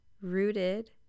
rooted